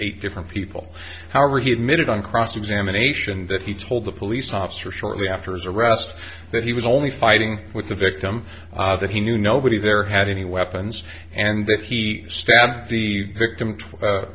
eight different people however he admitted on cross examination that he told the police officer shortly after his arrest that he was only fighting with the victim that he knew nobody there had any weapons and that he stabbed the victim